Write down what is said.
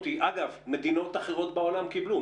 אגב, מדינות אחרות בעולם קיבלו.